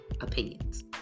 opinions